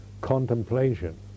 contemplation